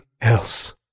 else